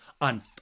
on